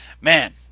man